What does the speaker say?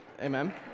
Amen